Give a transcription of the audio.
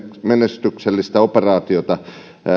menestyksellistä operaatiota